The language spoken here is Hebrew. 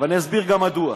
ואני אסביר גם מדוע.